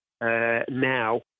now